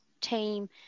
team